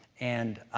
and